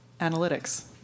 analytics